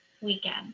weekend